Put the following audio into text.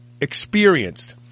experienced